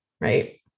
Right